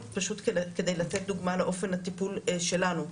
פשוט כדי לתת דוגמה לאופן הטיפול שלנו.